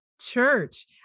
church